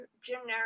generic